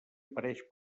apareix